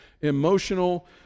emotional